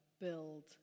Build